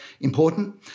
important